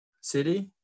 city